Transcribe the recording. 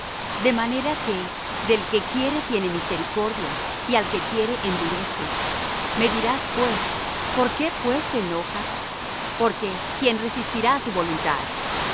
de manera que del que quiere tiene misericordia y al que quiere endurece me dirás pues por qué pues se enoja porque quién resistirá á su voluntad